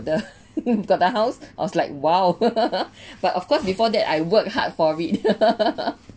the the the house I was like !wow! but of course before that I work hard for it